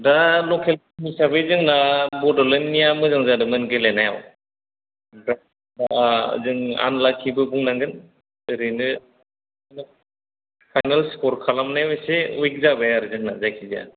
दा ल'केल तिम हिसाबै जोंना बड'लेण्डनिया मोजां जादोंमोन गेलेनायाव जों आनलाखिबो बुंनांगोन ओरैनो फाईनाल स्कर खालामनायाव एसे विक जाबाय आरो जोंना जायखिजाया